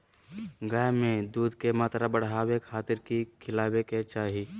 गाय में दूध के मात्रा बढ़ावे खातिर कि खिलावे के चाही?